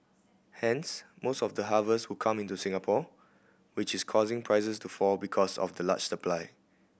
hence most of the harvest would come into Singapore which is causing prices to fall because of the large supply